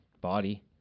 body